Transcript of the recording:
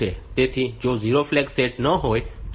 તેથી જો 0 flag set ન હોય તો તે કૂદી જશે